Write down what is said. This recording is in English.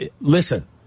listen